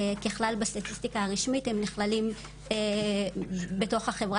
ככלל בסטטיסטיקה הרשמית הם נכללים בתוך החברה